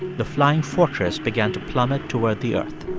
the flying fortress began to plummet toward the earth